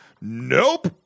nope